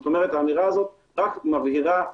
האמירה הזו מבהירה,